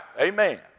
amen